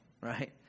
right